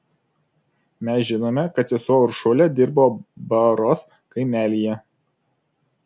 mes žinome kad sesuo uršulė dirbo baros kaimelyje